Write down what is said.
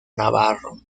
navarro